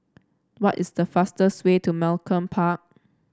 what is the fastest way to Malcolm Park